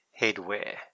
headwear